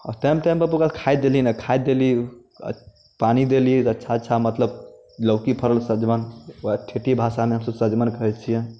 आओर टाइम टाइमपर ओकरा खाद देली खाद देली आओर पानि देली अच्छा अच्छा मतलब लौकी फरल सजमनि ओकरा ठेठी भाषामे हमसब सजमनि कहै छियै